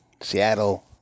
Seattle